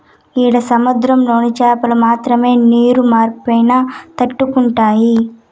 ఈడ సముద్రంలోని చాపలు మాత్రమే నీరు మార్పైనా తట్టుకుంటాయి